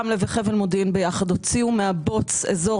רמלה וחבל מודיעין ביחד הוציאו מהבוץ אזור